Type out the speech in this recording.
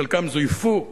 חלקם זויפו.